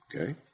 Okay